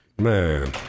Man